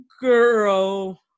Girl